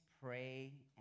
pray